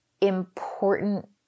important